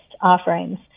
offerings